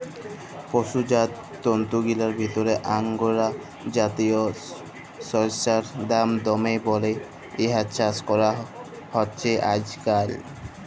পসুজাত তন্তুগিলার ভিতরে আঙগোরা জাতিয় সড়সইড়ার দাম দমে বল্যে ইয়ার চাস করা হছে আইজকাইল